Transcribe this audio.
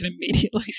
immediately